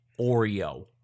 Oreo